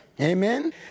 Amen